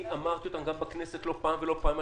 ואמרתי אותן גם בכנסת לא פעם ולא פעמיים.